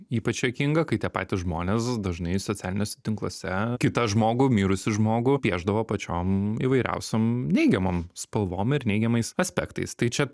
ypač juokinga kai tie patys žmonės dažnai socialiniuose tinkluose kitą žmogų mirusį žmogų piešdavo pačiom įvairiausiom neigiamom spalvom ir neigiamais aspektais tai čia